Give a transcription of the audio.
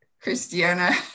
Christiana